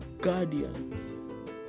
guardians